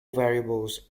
variables